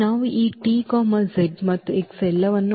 ನಾವು ಈ t z ಮತ್ತು x ಎಲ್ಲವನ್ನು ಹೊಂದಿದ್ದೇವೆ ಮತ್ತು